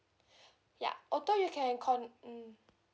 yeah auto you can con~ mm